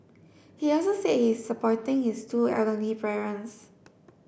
he also said he is supporting his two elderly parents